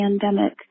pandemic